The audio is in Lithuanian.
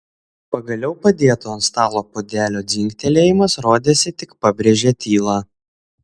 pagaliau padėto ant stalo puodelio dzingtelėjimas rodėsi tik pabrėžė tylą